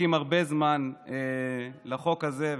מחכים הרבה זמן לחוק הזה.